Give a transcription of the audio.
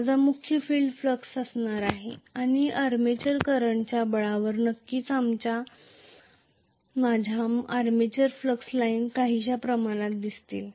माझा मुख्य field flux असणार आहे आणि आर्मेचर करंटच्या बळावर नक्कीच माझ्या आर्मेचर फ्लक्स लाईन्स काहीशा याप्रमाणे असतील